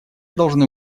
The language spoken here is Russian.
должны